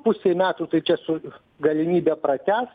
pusei metų tai čia su galimybe pratęst